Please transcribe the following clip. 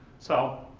so,